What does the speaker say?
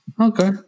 Okay